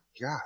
god